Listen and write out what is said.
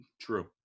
true